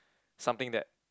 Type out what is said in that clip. something that